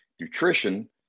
nutrition